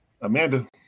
Amanda